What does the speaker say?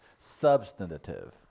Substantive